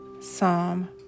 Psalm